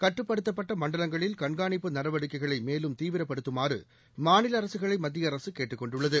கட்டுப்படுத்தப்பட்ட மண்டலங்களில் கண்காணிப்பு நடவடிக்கைகளை மேலும் தீவிரப்படுத்துமாறு மாநில அரசுகளை மத்திய அரசு கேட்டுக் கொண்டுள்ளது